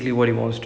mm